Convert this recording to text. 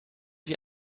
wie